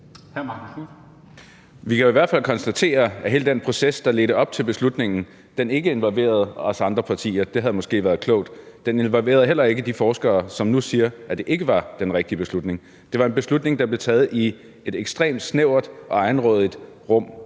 Vi kan jo i hvert fald konstatere, at hele den proces, der ledte op til beslutningen, ikke involverede os andre partier. Det havde måske været klogt, og den involverede heller ikke de forskere, som nu siger, at det ikke var den rigtige beslutning, men det var en beslutning, der blev taget i et ekstremt snævert og egenrådigt rum,